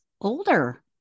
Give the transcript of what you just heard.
older